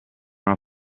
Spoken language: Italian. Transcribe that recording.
non